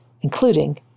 including